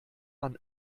man